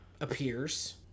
appears